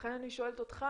לכן אני שואלת אותך,